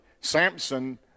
Samson